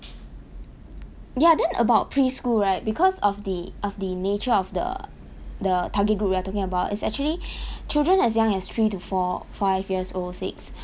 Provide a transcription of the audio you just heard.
ya then about preschool right because of the of the nature of the the target group we are talking about it's actually children as young as three to four five years old six